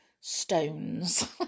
stones